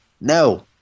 no